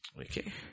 Okay